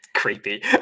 creepy